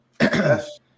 Yes